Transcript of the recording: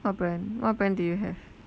what brand what brand do you have